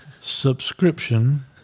subscription